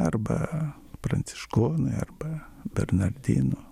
arba pranciškonai arba bernardinų